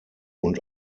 und